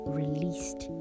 released